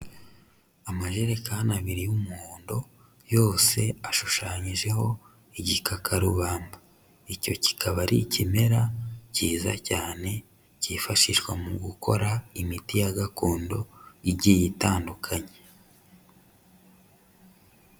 Amajerekani abiri y'umuhondo, yose ashushanyijeho igikakarubamba, icyo kikaba ari ikimera cyiza cyane, cyifashishwa mu gukora imiti ya gakondo igiye itandukanye.